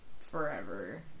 forever